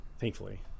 Thankfully